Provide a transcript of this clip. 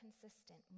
consistent